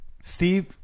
Steve